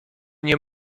nie